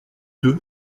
deux